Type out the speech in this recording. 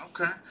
Okay